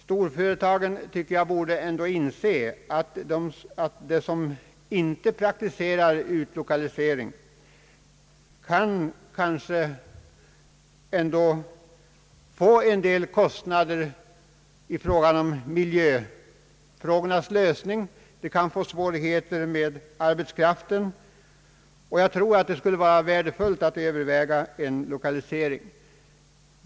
Storföretagen borde dock inse att de, om de inte praktiserar utlokalisering, kan få en del kostnader i fråga om miljöfrågornas lösning. De kan få svårigheter med arbetskraften etc.